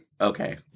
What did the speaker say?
Okay